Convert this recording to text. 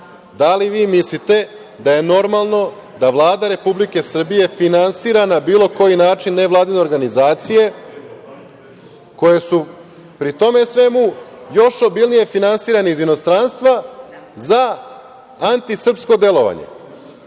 li vi mislite da je normalno da Vlada Republike Srbije finansira na bilo koji način nevladine organizacije koje su pri tome svemu još obilnije finansirane iz inostranstva za antisrpsko delovanje,